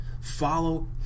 follow